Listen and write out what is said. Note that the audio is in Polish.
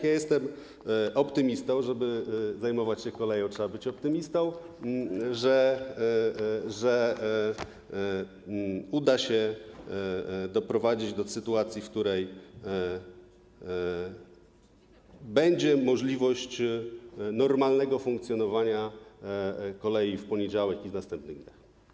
Jestem optymistą, a żeby zajmować się koleją, trzeba być optymistą, i wierzę, że uda się doprowadzić do sytuacji, w której będzie możliwość normalnego funkcjonowania kolei w poniedziałek i w następnych dniach.